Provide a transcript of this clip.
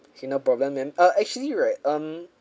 okay no problem ma'am uh actually right um